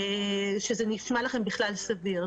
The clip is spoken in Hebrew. שזה נשמע לכם בכלל סביר.